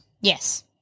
Yes